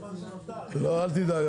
לא, אל תדאג.